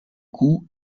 cou